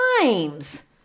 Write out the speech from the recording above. times